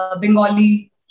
Bengali